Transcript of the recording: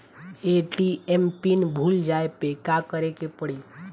ATM PIN भूल जाए पे का करे के पड़ी?